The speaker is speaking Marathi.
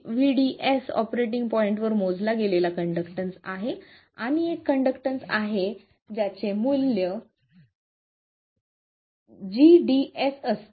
हा gds ऑपरेटिंग पॉईंटवर मोजला गेलेला कंडक्टन्स आहे हा एक कंडक्टन्स आहे ज्याचे मूल्य gds असते